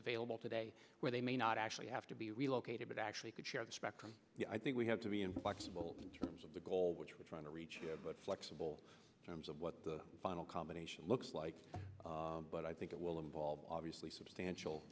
available today where they may not actually have to be relocated but actually could share the spectrum i think we have to be inflexible in terms of the goal which we're trying to reach but flexible terms of what the final combination looks like but i think it will involve obviously substantial